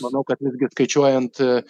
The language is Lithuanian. manau kad visgi skaičiuojant